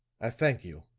i thank you,